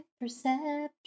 perception